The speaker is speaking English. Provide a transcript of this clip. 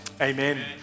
Amen